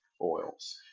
oils